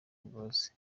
imbabazi